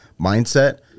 mindset